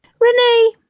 Renee